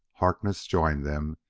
harkness joined them,